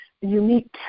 unique